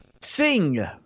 sing